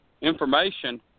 information